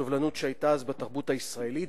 סובלנות שהיתה אז בתרבות הישראלית,